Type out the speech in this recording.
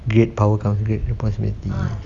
great power comes great responsibility